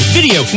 video